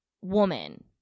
woman